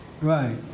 Right